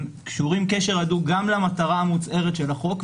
קשורים קשר הדוק גם למטרה המוצהרת של החוק,